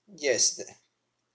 yes